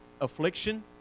affliction